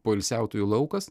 poilsiautojų laukas